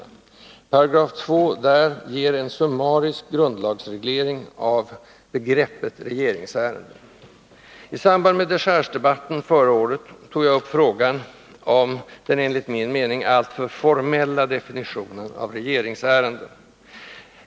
2 § där ger en summarisk grundlagsreglering av begreppet regeringsärende. I samband med dechargedebatten förra året tog jag upp frågan om den enligt min mening alltför formella definitionen av ”regeringsärenden”.